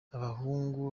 abahungu